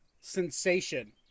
sensation